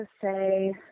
say